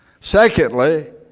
secondly